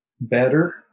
better